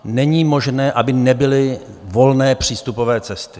Není možné, aby nebyly volné přístupové cesty.